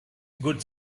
good